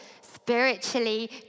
spiritually